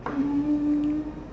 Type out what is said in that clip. um